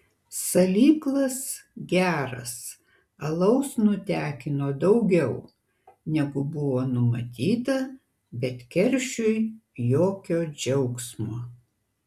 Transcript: salyklas geras alaus nutekino daugiau negu buvo numatyta bet keršiui jokio džiaugsmo